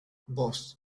bost